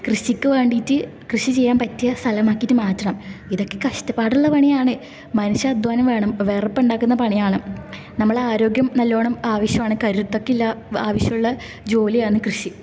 കൃഷിക്ക് വേണ്ടീട്ട് കൃഷി ചെയ്യാൻ പറ്റിയ സ്ഥലമാക്കിട്ട് മാറ്റണം ഇതക്കെ കഷ്ടപാടുള്ള പണിയാണ് മനുഷ്യൻ അദ്ധ്വാനം വേണം വിയർപ്പ് ഉണ്ടാക്കുന്ന പണിയാണ് നമ്മളാരോഗ്യം നല്ലോണം ആവശ്യമാണ് കരുത്തക്കില്ല ആവശ്യമുള്ള ജോലിയാന്ന് കൃഷി